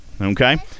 Okay